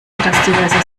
diverse